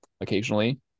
occasionally